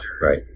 Right